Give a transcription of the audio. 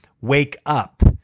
wake up,